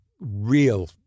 real